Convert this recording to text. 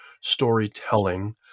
storytelling